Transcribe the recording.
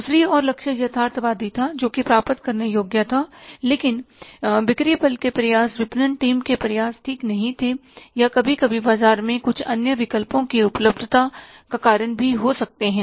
दूसरी ओर लक्ष्य यथार्थवादी था जो कि प्राप्त करने योग्य था लेकिन बिक्री बल के प्रयास विपणन टीम के प्रयास ठीक नहीं थे या कभी कभी बाजार में कुछ अन्य विकल्पों की उपलब्धता का कारण भी हो सकते हैं